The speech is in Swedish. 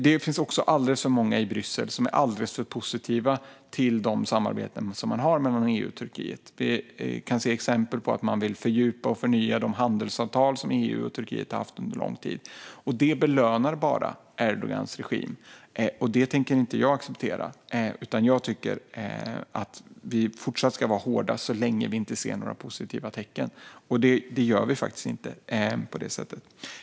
Det finns också alldeles för många i Bryssel som är alldeles för positiva till samarbetena mellan EU och Turkiet. Exempelvis vill man fördjupa och förnya de handelsavtal som EU och Turkiet har haft under lång tid. Detta belönar bara Erdogans regim. Det tänker inte jag acceptera, utan jag tycker att vi ska fortsätta vara hårda, så länge vi inte ser några positiva tecken. Och det gör vi faktiskt inte på det sättet.